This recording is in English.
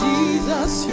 Jesus